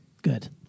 Good